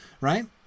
right